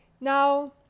Now